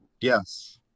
Yes